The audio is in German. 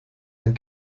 sein